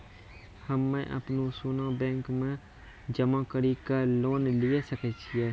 हम्मय अपनो सोना बैंक मे जमा कड़ी के लोन लिये सकय छियै?